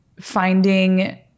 finding